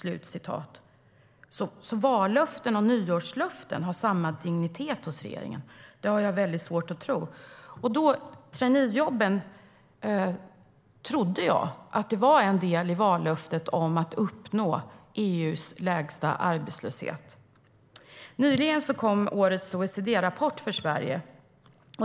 Att vallöften och nyårslöften har samma dignitet hos regeringen har jag väldigt svårt att tro. Traineejobben trodde jag var en del i vallöftet om att uppnå EU:s lägsta arbetslöshet. Nyligen kom årets OECD-rapport för Sverige.